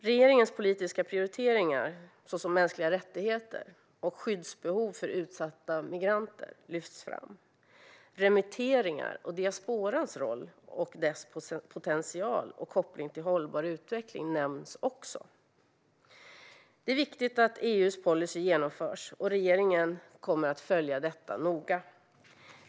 Regeringens politiska prioriteringar, såsom mänskliga rättigheter och skyddsbehov för utsatta migranter, lyfts fram. Remitteringar och diasporans roll samt dess potential och koppling till hållbar utveckling nämns också. Det är viktigt att EU:s policy genomförs, och regeringen kommer att följa detta noga.